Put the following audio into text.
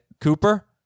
Cooper